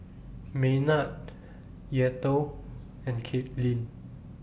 Maynard Eathel and Katlynn